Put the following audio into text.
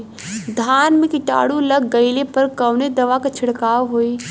धान में कीटाणु लग गईले पर कवने दवा क छिड़काव होई?